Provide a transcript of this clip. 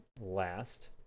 last